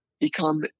Become